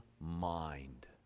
mind